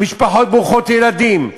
המשפחות ברוכות ילדים,